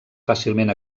fàcilment